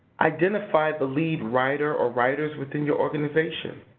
identify the lead writer or writers within your organization.